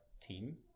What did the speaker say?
team